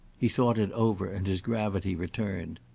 he thought it over and his gravity returned.